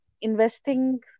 investing